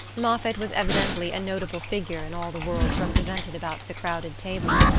moffatt was evidently a notable figure in all the worlds represented about the crowded tables,